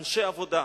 אנשי עבודה,